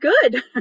good